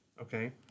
okay